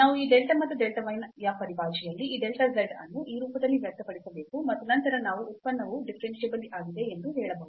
ನಾವು ಈ delta ಮತ್ತು delta y ಯ ಪರಿಭಾಷೆಯಲ್ಲಿ ಈ delta z ಅನ್ನು ಈ ರೂಪದಲ್ಲಿ ವ್ಯಕ್ತಪಡಿಸಬೇಕು ಮತ್ತು ನಂತರ ನಾವು ಉತ್ಪನ್ನವು ಡಿಫರೆನ್ಸಿಬಲ್ ಆಗಿದೆ ಎಂದು ಹೇಳಬಹುದು